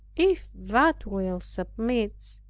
if that will submits,